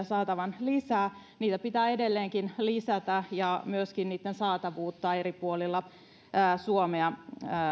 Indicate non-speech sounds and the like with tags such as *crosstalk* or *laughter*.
*unintelligible* saatavan lisää niitä pitää edelleenkin lisätä ja myöskin niitten saatavuutta eri puolilla suomea